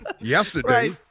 yesterday